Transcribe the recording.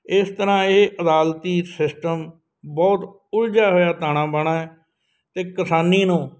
ਇਸ ਤਰ੍ਹਾਂ ਇਹ ਅਦਾਲਤੀ ਸਿਸਟਮ ਬਹੁਤ ਉਲਝਿਆ ਹੋਇਆ ਤਾਣਾ ਬਾਣਾ ਅਤੇ ਕਿਸਾਨੀ ਨੂੰ